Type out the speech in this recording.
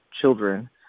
children